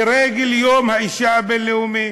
לרגל יום האישה הבין-לאומי.